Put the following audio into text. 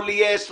לא ליס,